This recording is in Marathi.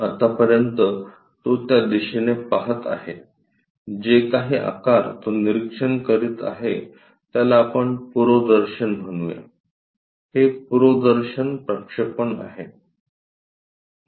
आत्तापर्यंत तो त्या दिशेने पहात आहे जे काही आकार तो निरीक्षण करीत आहे त्याला आपण पुरोदर्शन म्हणूया हे पुरोदर्शन प्रक्षेपण आहे